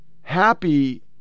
happy